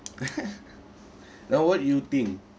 now what do you think